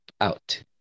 out